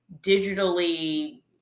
digitally